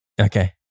Okay